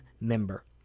member